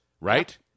right